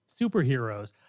superheroes